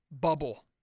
bubble